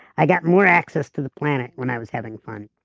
i got more access to the planet when i was having fun,